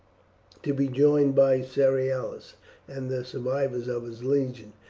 to be joined by cerealis and the survivors of his legion,